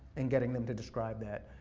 and getting them to describe that.